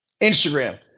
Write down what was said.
instagram